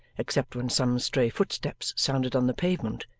except when some stray footsteps sounded on the pavement,